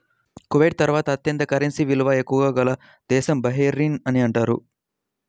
Kuwait తర్వాత అత్యంత currency విలువ ఎక్కువ గల దేశం బహ్రెయిన్ అని అంటున్నారు